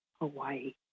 Hawaii